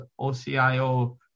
OCIO